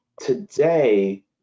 Today